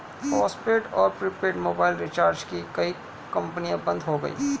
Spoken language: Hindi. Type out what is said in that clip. पोस्टपेड और प्रीपेड मोबाइल रिचार्ज की कई कंपनियां बंद हो गई